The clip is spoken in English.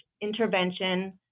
Intervention